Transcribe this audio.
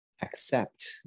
accept